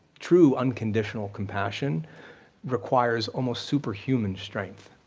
true, unconditional compassion requires almost superhuman strength